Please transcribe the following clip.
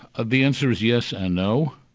ah the answer is yes and no.